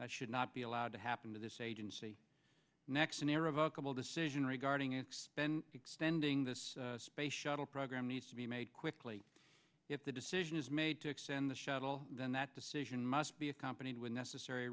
that should not be allowed to happen to this agency next an air of a couple decision regarding expense extending this space shuttle program needs to be made quickly if the decision is made to extend the shuttle and that decision must be accompanied with necessary